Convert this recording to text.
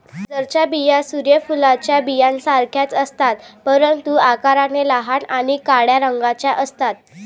नायजरच्या बिया सूर्य फुलाच्या बियांसारख्याच असतात, परंतु आकाराने लहान आणि काळ्या रंगाच्या असतात